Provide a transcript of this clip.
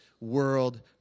world